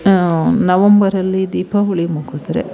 ನವಂಬರಲ್ಲಿ Deepavali ಮುಗಿದ್ರೆ